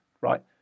right